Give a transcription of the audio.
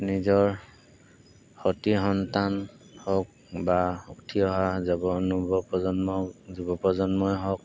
নিজৰ শতি সন্তান হওক বা শুদ্ধি অহা যুৱ অনুভৱ প্ৰজন্ম যুৱ প্ৰজন্মই হওক